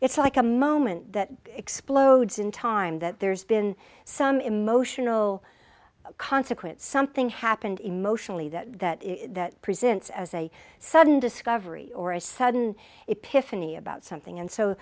it's like a moment that explodes in time that there's been some emotional consequence something happened emotionally that that that presents as a sudden discovery or a sudden it piffle me about something and so